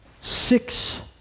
six